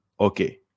Okay